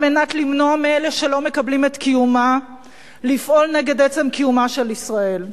למנוע מאלה שלא מקבלים את קיומה לפעול נגד עצם קיומה של ישראל.